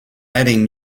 adding